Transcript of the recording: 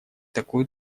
такую